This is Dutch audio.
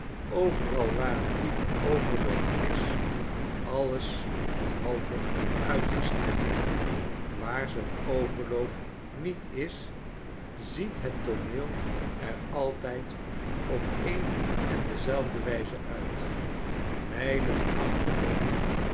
overal waar een diepe overloop is alles behalve uitgestrekt waar zoo'n overloop niet is ziet het tooneel er altijd op een en dezelfde wijze uit